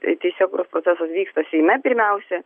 tai teisėkūros procesas vyksta seime pirmiausia